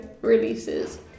releases